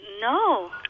No